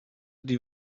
die